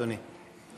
אדוני,